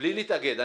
בלי להתאגד.